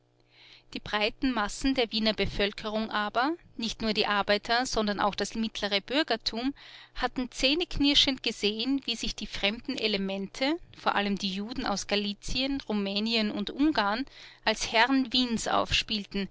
die breiten massen der wiener bevölkerung aber nicht nur die arbeiter sondern auch das mittlere bürgertum hatten zähneknirschend gesehen wie sich die fremden elemente vor allem die juden aus galizien rumänien und ungarn als herren wiens aufspielten